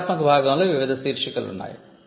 వివరణాత్మక భాగంలో వివిధ ఉపశీర్షికలు ఉన్నాయి